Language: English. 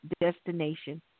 destination